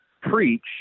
preach